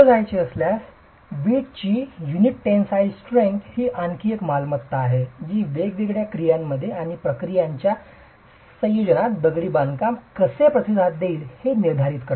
पुढे जाणे वीट युनिटची टेनसाईल स्ट्रेंग्थ ही आणखी एक मालमत्ता आहे जी वेगवेगळ्या क्रियांमध्ये आणि क्रियांच्या संयोजनात दगडी बांधकाम कसे प्रतिसाद देईल हे निर्धारित करते